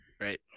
Right